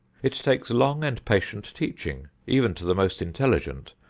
it takes long and patient teaching, even to the most intelligent,